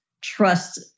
trust